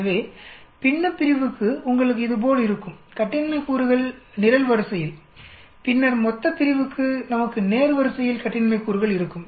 எனவே பின்னப்பிரிவுக்கு உங்களுக்கு இது போல் இருக்கும் கட்டின்மை கூறுகள் நிரல்வரிசையில் பின்னர் மொத்தப்பிரிவுக்கு நமக்கு நேர்வரிசையில் கட்டின்மை கூறுகள் இருக்கும்